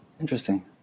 Interesting